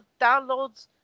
downloads